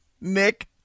Nick